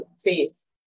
faith